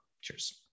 Cheers